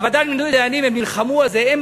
בוועדה למינוי דיינים הם נלחמו על זה.